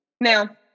Now